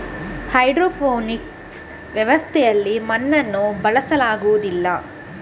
hydroponics ವ್ಯವಸ್ಥೆಯಲ್ಲಿ ಮಣ್ಣನ್ನು ಬಳಸಲಾಗುವುದಿಲ್ಲ